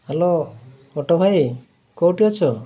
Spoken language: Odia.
ହ୍ୟାଲୋ ଅଟୋ ଭାଇ କେଉଁଠି ଅଛ